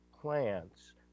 plants